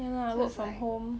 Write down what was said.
ya lah work from home